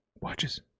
watches